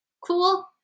Cool